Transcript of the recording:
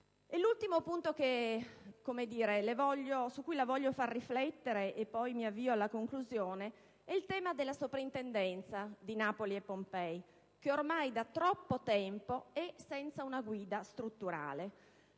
L'ultimo punto su cui la voglio far riflettere è il tema della soprintendenza di Napoli e Pompei che ormai da troppo tempo è senza una guida strutturale.